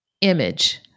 image